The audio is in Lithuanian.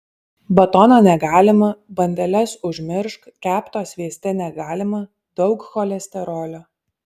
batono negalima bandeles užmiršk kepto svieste negalima daug cholesterolio